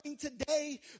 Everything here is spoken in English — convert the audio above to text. today